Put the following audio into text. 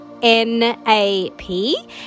N-A-P